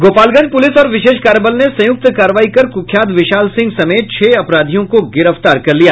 गोपालगंज पुलिस और विशेष कार्यबल ने संयुक्त कारवाई कर कुख्यात विशाल सिंह समेत छह अपराधियों को गिरफ्तार कर लिया